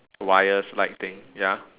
wires like thing ya